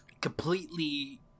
completely